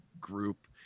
group